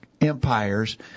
empires